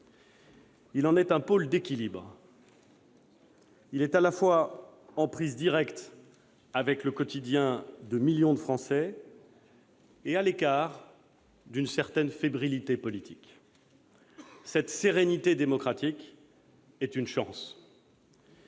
Il en est un pôle d'équilibre. Il est à la fois en prise directe avec le quotidien de millions de Français et à l'écart d'une certaine fébrilité politique. Cette sérénité démocratique est une chance.